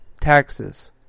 taxes